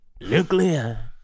nuclear